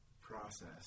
process